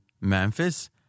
Memphis